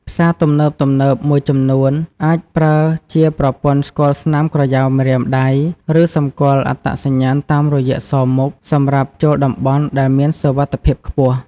ផ្សារទំនើបៗមួយចំនួនអាចប្រើជាប្រព័ន្ធស្គាល់ស្នាមក្រយៅម្រាមដៃ ឬសម្គាល់អត្តសញ្ញាណតាមរយៈសោរមុខសម្រាប់ចូលតំបន់ដែលមានសុវត្ថិភាពខ្ពស់។